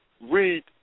read